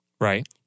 Right